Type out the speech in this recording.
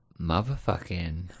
motherfucking